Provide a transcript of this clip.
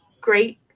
great